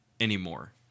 anymore